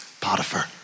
Potiphar